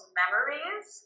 memories